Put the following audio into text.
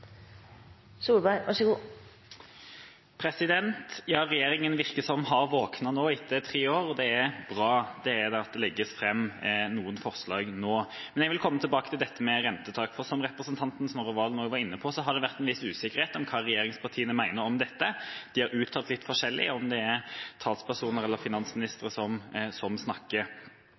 bra at det legges fram noen forslag nå. Men jeg vil komme tilbake til dette med rentetak. Som representanten Snorre Serigstad Valen også var inne på, har det vært en viss usikkerhet om hva regjeringspartiene mener om dette. De har uttalt litt forskjellig, om det er talspersoner eller finansministeren som snakker.